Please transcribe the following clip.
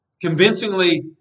convincingly